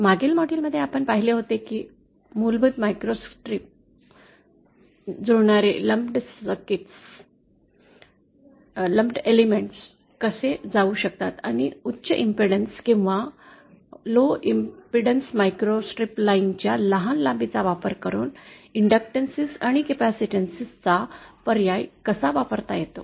मागील मॉड्यूल मध्ये आपण पाहिले होते की मूलभूत मायक्रोस्ट्रिप मूलभूत जुळणारे लंप्ड घटक कसे केले जाऊ शकतात आणि उच्च इम्पेडन्स किंवा लो इम्पेडन्स मायक्रोस्ट्रिप लाइन च्या लहान लांबीचा वापर करून इंडक्टॅन्स आणि कॅपेसिटीन्स चा पर्याय कसा वापरता येतो